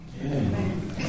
Amen